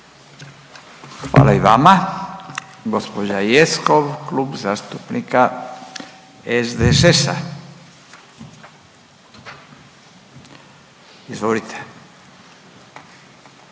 Hvala i vama. Gospođa Jeckov Klub zastupnika SDSS-a. Izvolite.